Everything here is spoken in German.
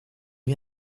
mit